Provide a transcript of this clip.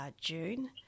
June